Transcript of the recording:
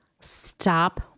Stop